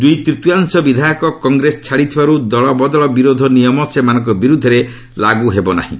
ଦୁଇତୂତୀୟାଂଶ ବିଧାୟକ କଂଗ୍ରେସ ଛାଡ଼ିଥିବାରୁ ଦଳବଦଳ ବିରୋଧ ନିୟମ ସେମାନଙ୍କ ବିରୁଦ୍ଧରେ ଲାଗୁହେବ ନାହିଁ